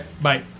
Bye